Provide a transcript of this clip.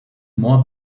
more